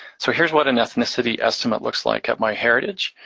so here's what an ethnicity estimate looks like at myheritage.